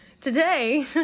today